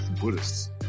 Buddhists